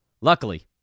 Luckily